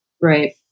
Right